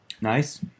Nice